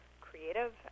creative